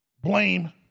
blame